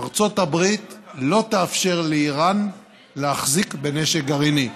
ארצות הברית לא תאפשר לאיראן להחזיק בנשק גרעיני.